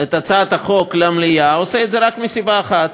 את הצעת החוק למליאה עושה את זה רק מסיבה אחת: